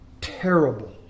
terrible